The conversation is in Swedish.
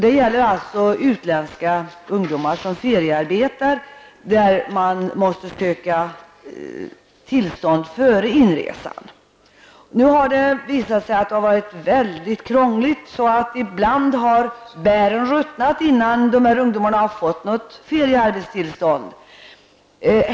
Det gäller alltså utländska ungdomar som feriearbetar och måste söka tillstånd före inresan. Detta har visat sig vara väldigt krångligt. Ibland har bären ruttnat innan ungdomarna har fått något feriearbetstillstånd för bärplockning.